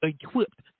equipped